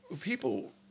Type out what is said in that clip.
People